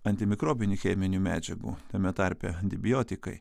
antimikrobinių cheminių medžiagų tame tarpe antibiotikai